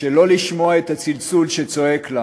שלא לשמוע את הצלצול שצועק לה